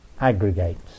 aggregates